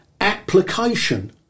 application